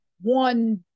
one